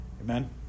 Amen